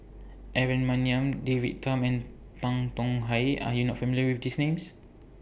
Aaron Maniam David Tham and Tan Tong Hye Are YOU not familiar with These Names